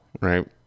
right